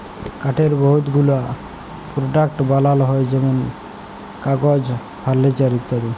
কাঠের বহুত গুলা পরডাক্টস বালাল হ্যয় যেমল কাগজ, ফারলিচার ইত্যাদি